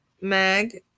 Mag